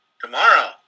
Tomorrow